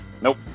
Nope